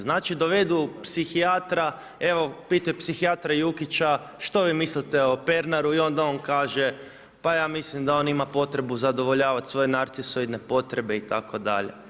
Znači, dovedu psihijatra, evo pitaju psihijatra Jukića, što vi mislite o Pernaru i onda on kaže, pa ja mislim da on ima potrebu zadovoljavati svoje narcisoidne potrebe itd.